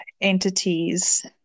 entities